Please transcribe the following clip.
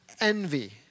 envy